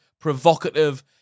provocative